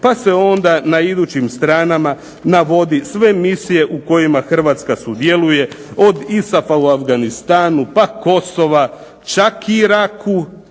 Pa se onda na idućim stranama navodi sve misije u kojima Hrvatska sudjeluje, od ISAF-a u Afganistanu pa Kosova, čak i Iraku,